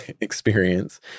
experience